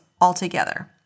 altogether